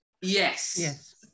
Yes